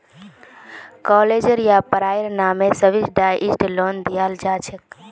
कालेजेर या पढ़ाईर नामे सब्सिडाइज्ड लोन दियाल जा छेक